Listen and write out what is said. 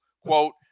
quote